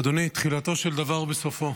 אדוני, תחילתו של דבר בסופו.